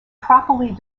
properly